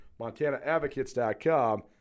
MontanaAdvocates.com